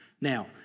Now